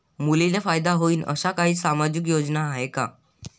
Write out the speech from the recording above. मुलींले फायदा होईन अशा काही सामाजिक योजना हाय का?